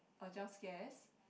a jump scares